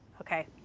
Okay